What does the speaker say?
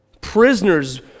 Prisoners